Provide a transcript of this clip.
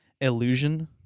illusion